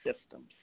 systems